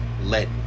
let